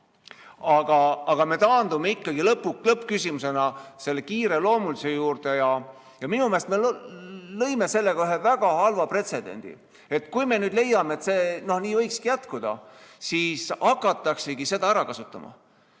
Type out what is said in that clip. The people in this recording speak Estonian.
Aga me taandume ikkagi lõppküsimusena selle kiireloomulisuse juurde. Minu meelest me lõime sellega ühe väga halva pretsedendi ja kui me leiame, et see nii võiks jätkuda, siis hakataksegi seda ära kasutama,